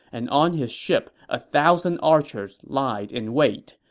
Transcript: and on his ship a thousand archers lied in wait,